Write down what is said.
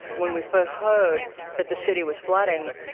when we first heard that the city was flooding,